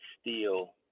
steel